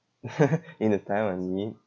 in the time of need